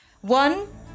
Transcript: One